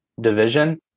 division